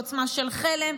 ועוצמה של חלם,